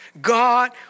God